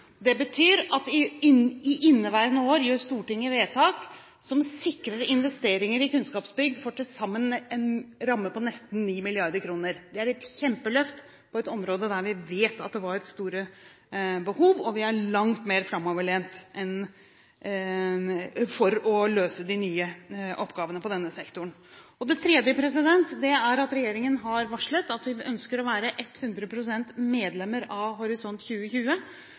Det betyr at i inneværende år gjør Stortinget vedtak som sikrer investeringer i kunnskapsbygg med en ramme på til sammen nesten 9 mrd. kr. Det er et kjempeløft på et område der vi vet det var store behov, og vi er langt mer framoverlent for å kunne løse de nye oppgavene i denne sektoren. For det tredje har regjeringen varslet at vi ønsker å være 100 pst. medlem av Horisont 2020,